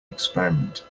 experiment